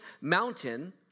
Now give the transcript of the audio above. mountain